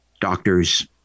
doctors